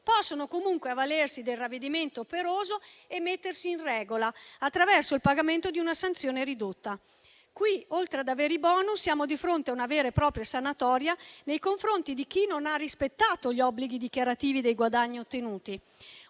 possono comunque avvalersi del ravvedimento operoso e mettersi in regola attraverso il pagamento di una sanzione ridotta. Qui, oltre ad avere i *bonus*, siamo di fronte a una vera e propria sanatoria nei confronti di chi non ha rispettato gli obblighi dichiarativi dei guadagni ottenuti.